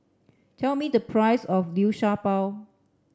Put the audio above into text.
tell me the price of liu sha bao